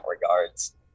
regards